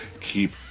keep